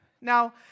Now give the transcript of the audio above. Now